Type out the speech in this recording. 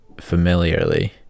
familiarly